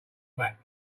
back